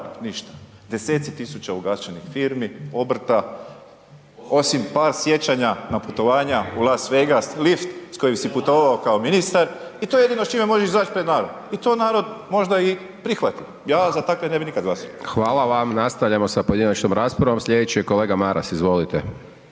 ništa, 10-ci tisuća ugašenih firmi, obrta, osim par sjećanja na putovanja u Las Vegas, lift s kojim si putovao kao ministar i to je jedino s čime možeš izaći pred narod i to narod možda i prihvati, ja za takve ne bih nikada glasao. **Hajdaš Dončić, Siniša (SDP)** Hvala vam. Nastavljamo sa pojedinačnom raspravom. Slijedeći je kolega Maras, izvolite.